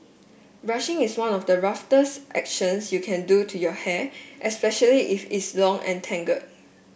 brushing is one of the roughest actions you can do to your hair especially if it's long and tangle